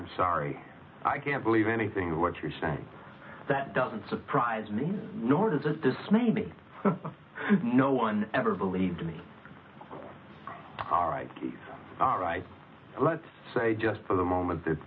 dime sorry i can't believe anything of what you're saying that doesn't surprise me nor does this maybe no one ever believed me all right all right let's say just for the moment that